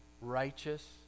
righteous